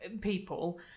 people